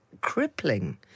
crippling